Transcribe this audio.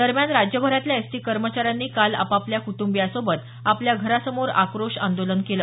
दरम्यान राज्यभरातल्या एसटी कर्मचाऱ्यांनी काल आपापल्या कुटुंबियांसोबत आपल्या घरासमोर आक्रोश आंदोलन केलं